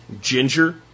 ginger